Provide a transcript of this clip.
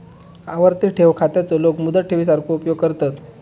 आवर्ती ठेव खात्याचो लोक मुदत ठेवी सारखो उपयोग करतत